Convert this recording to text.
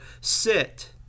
sit